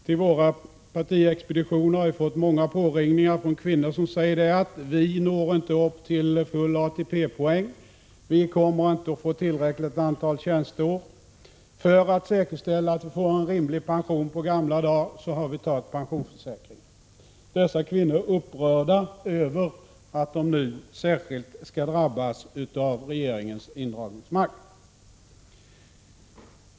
Vi har på våra partiexpeditioner fått många uppringningar från kvinnor som säger att de inte når upp till full ATP-poäng. De kommer alltså inte uppi tillräckligt antal tjänsteår för att säkerställa en rimlig pension på gamla dar. De har därför tecknat en pensionsförsäkring. Dessa kvinnor är upprörda över att de nu särskilt skall drabbas av regeringens indragningsmakt.